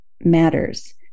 matters